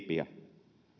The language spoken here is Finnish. siipiä